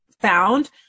found